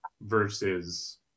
versus